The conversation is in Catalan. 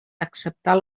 acceptar